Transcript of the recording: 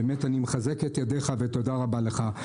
אני מחזק את ידיך ותודה רבה לך.